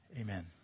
Amen